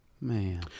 Man